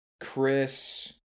Chris